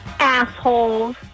assholes